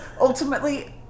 ultimately